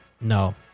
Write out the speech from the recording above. No